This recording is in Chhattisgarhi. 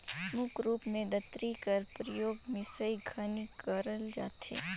मुख रूप मे दँतरी कर परियोग मिसई घनी करल जाथे